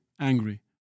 angry